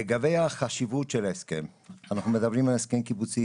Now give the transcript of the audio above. לגבי חשיבות ההסכם: אנחנו מדברים על הסכם קיבוצי